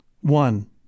One